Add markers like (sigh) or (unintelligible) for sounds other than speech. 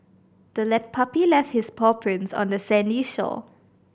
the (unintelligible) puppy left its paw prints on the sandy shore